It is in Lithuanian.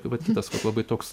vat kitas labai toks ir